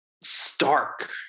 stark